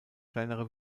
kleinere